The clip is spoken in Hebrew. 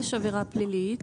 יש עבירה פלילית.